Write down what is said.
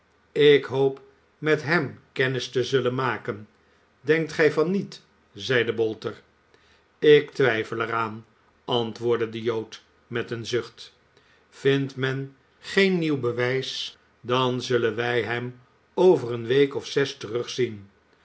ik hoop met hem kennis te zullen maken denkt gij van niet zeide bolter ik twijfel er aan antwoordde de jood met een zucht vindt men geen nieuw bewijs dan zullen wij hem over eene week of zes terugzien